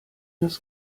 das